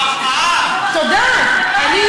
תודה על המחמאה.